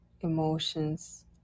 emotions